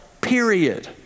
period